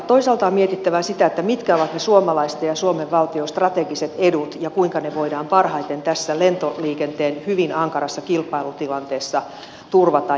toisaalta on mietittävä sitä mitkä ovat suomalaisten ja suomen valtion strategiset edut ja kuinka ne voidaan parhaiten tässä lentoliikenteen hyvin ankarassa kilpailutilanteessa turvata